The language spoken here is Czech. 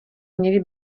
měli